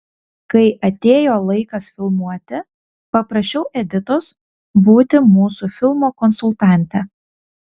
kai atėjo laikas filmuoti paprašiau editos būti mūsų filmo konsultante